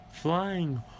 flying